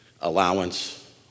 allowance